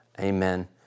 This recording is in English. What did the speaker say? amen